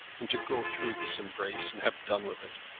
and to go through this embrace, and have done with it!